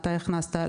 מתי הכנסת,